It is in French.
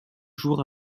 jours